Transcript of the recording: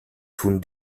tun